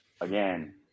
again